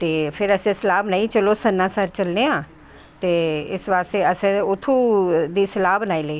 फिर असैं सलाह् बनाई चलो सनासर चलनें आं ते इस बास्तै असैं उत्थूं दी सलाह् बनाई लेई